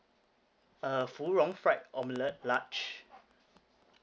a fu rong fried omelet large